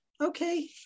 Okay